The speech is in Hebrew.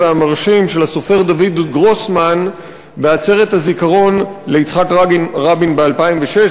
והמרשים של הסופר דוד גרוסמן בעצרת הזיכרון ליצחק רבין ב-2006,